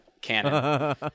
canon